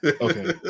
Okay